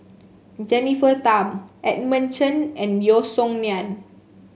Jennifer Tham Edmund Chen and Yeo Song Nian